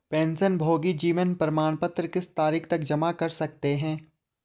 पेंशनभोगी जीवन प्रमाण पत्र किस तारीख तक जमा कर सकते हैं?